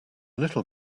little